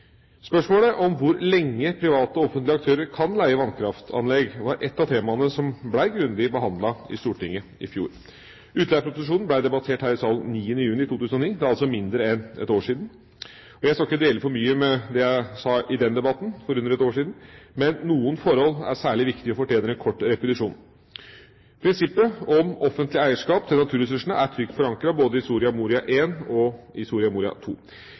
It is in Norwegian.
Spørsmålet om hvor lenge private og offentlige aktører kan leie vannkraftanlegg, var ett av temaene som ble grundig behandlet i Stortinget i fjor. Utleieproposisjonen ble debattert her i salen 9. juni 2009. Det er altså mindre enn et år siden. Jeg skal ikke dvele for mye ved det jeg sa i den debatten, for under et år siden, men noen forhold er særlig viktige og fortjener en kort repetisjon. Prinsippet om offentlig eierskap til naturressursene er trygt forankret både i Soria Moria I og i Soria Moria